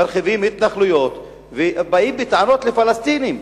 מרחיבים התנחלויות ובאים בטענות לפלסטינים: